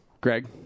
Greg